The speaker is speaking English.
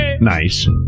Nice